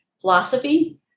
philosophy